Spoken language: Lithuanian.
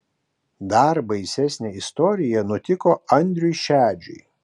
dar baisesnė istorija nutiko andriui šedžiui